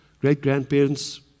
great-grandparents